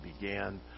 began